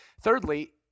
Thirdly